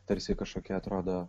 tarsi kažkokia atrodo